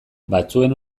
batzuen